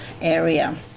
area